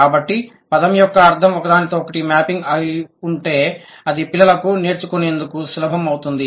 కాబట్టి పదం యొక్క అర్థం ఒకదానొకటితో మ్యాపింగ్ అయివుంటే అది పిల్లలకు నేర్చుకునేందుకు సులభం అవుతుంది